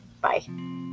bye